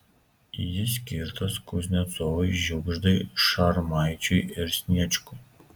jis skirtas kuznecovui žiugždai šarmaičiui ir sniečkui